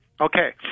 Okay